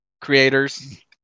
creators